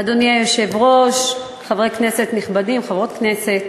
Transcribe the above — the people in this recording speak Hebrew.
אדוני היושב-ראש, חברי כנסת נכבדים, חברות כנסת,